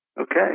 Okay